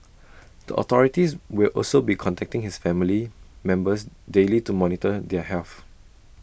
the authorities will also be contacting his family members daily to monitor their health